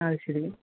അത് ശരി